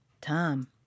Tom